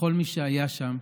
וכל מי שהיה שם.